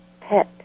pet